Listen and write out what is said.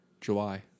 July